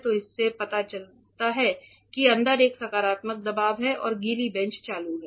तो इससे पता चलता है कि अंदर एक सकारात्मक दबाव है और गीली बेंच चालू है